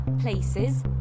places